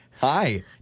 Hi